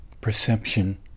perception